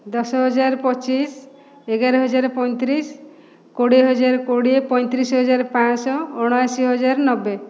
ଦଶ ହଜାର ପଚିଶ ଏଗାର ହଜାର ପଞ୍ଚତିରିଶ କୋଡ଼ିଏ ହଜାର କୋଡ଼ିଏ ପଞ୍ଚତିରିଶ ହଜାର ପାଞ୍ଚ ଶହ ଅଣାଅଶି ହଜାର ନବେ